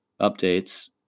updates